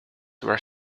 were